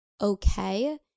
okay